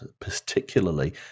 particularly